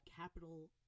Capital